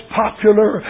popular